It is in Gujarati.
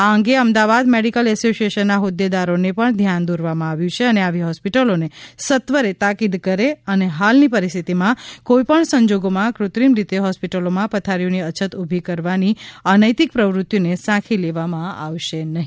આ અંગે અમદાવાદ મેડીકલ એસોસીએશનના હોદૃદારોને પણ ધ્યાન દોરવામા આવ્યુ છે અને આવી હોસ્પિટલોને સત્વરે તાકીદ કરે અને હાલની પરિસ્થિતિમાં કોઇપણ સંજોગોમાં ફત્રિમ રીતે હોસ્પિટલોમાં પથારીઓની અછત ઉભી કરવાની અનૈતિક પ્રવૃતિને સાખી લેવામાં આવશે નહી